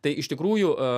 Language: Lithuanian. tai iš tikrųjų